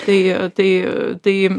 tai tai tai